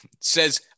says